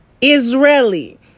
Israeli